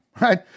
right